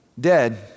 dead